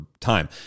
time